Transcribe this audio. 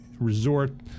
resort